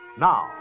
now